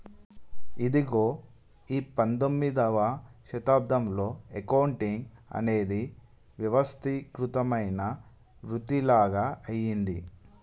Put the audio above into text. ఇగో ఈ పందొమ్మిదవ శతాబ్దంలో అకౌంటింగ్ అనేది వ్యవస్థీకృతమైన వృతిలాగ అయ్యింది